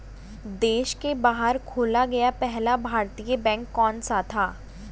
देश के बाहर खोला गया पहला भारतीय बैंक कौन सा था?